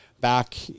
back